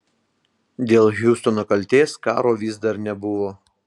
dėl hiustono kaltės karo vis dar nebuvo